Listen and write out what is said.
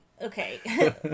Okay